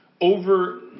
over